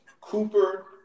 Cooper